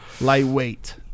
Lightweight